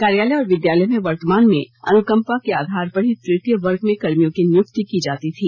कार्यालय और विद्यालय में वर्तमान में अनुकम्पा के आधार पर ही तृतीय वर्ग में कर्मियों की नियुक्ति की जाती थी